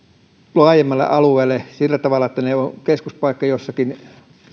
laajemmalta alueelta sillä tavalla että niillä on keskuspaikka jossakin